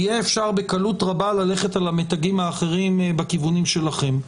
תהיה אפשרות בקלות רבה ללכת על המתגים האחרים בכיוונים שלכם,